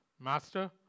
Master